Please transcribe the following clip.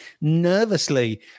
nervously